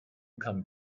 come